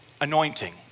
anointing